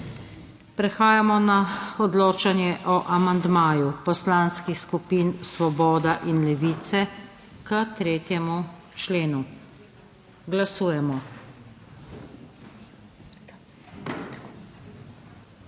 Prehajamo na odločanje o amandmaju poslanskih skupin Svoboda in Levice k 3. členu. Glasujemo.